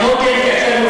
לא נכון.